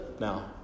now